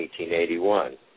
1881